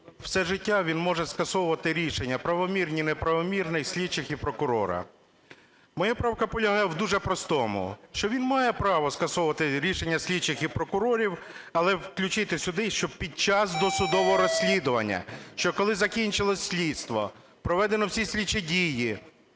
все життя він може скасовувати рішення правомірні, неправомірні слідчих і прокурора. Моя правка полягає в дуже простому: що він має право скасовувати рішення слідчих і прокурорів, але включити сюди, що під час досудового розслідування. Що коли закінчилось слідство, проведено всі слідчі дії,